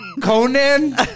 Conan